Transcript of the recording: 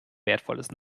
wertvolles